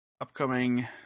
Upcoming